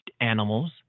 animals